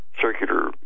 circular